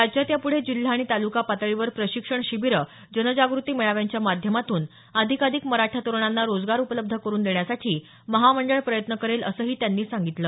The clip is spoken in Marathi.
राज्यात यापुढे जिल्हा आणि तालुका पातळीवर प्रशिक्षण शिबिरं जनजागृती मेळाव्यांच्या माध्यमातून अधिकाधिक मराठा तरुणांना रोजगार उपलब्ध करून देण्यासाठी महामंडळ प्रयत्न करेल असंही त्यांनी सांगितलं